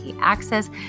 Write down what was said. access